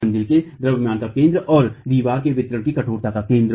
उस मंजिल के द्रव्यमान का केंद्र और दीवारों के वितरण की कठोरता का केंद्र